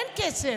אין כסף.